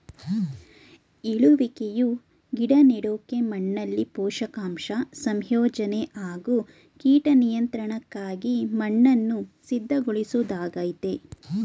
ಉಳುವಿಕೆಯು ಗಿಡ ನೆಡೋಕೆ ಮಣ್ಣಲ್ಲಿ ಪೋಷಕಾಂಶ ಸಂಯೋಜನೆ ಹಾಗೂ ಕೀಟ ನಿಯಂತ್ರಣಕ್ಕಾಗಿ ಮಣ್ಣನ್ನು ಸಿದ್ಧಗೊಳಿಸೊದಾಗಯ್ತೆ